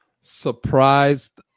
surprised